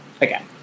again